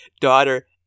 daughter